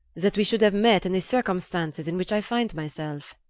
that we should have met in the circumstances in which i find myself.